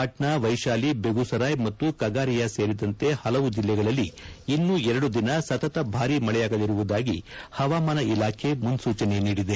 ಪಾಣ್ನಾ ವೈಶಾಲಿ ಬೆಗುಸರಾಯ್ ಮತ್ತು ಕಗಾರಿಯಾ ಸೇರಿದಂತೆ ಹಲವು ಜಿಲ್ಲೆಗಳಲ್ಲಿ ಇನ್ನೂ ಎರಡು ದಿನ ಸತತ ಭಾರೀ ಮಳೆಯಾಗಲಿರುವುದಾಗಿ ಹವಾಮಾನ ಇಲಾಖೆ ಮುನ್ನೂಚನೆ ನೀಡಿದೆ